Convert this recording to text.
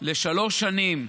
לשלוש שנים,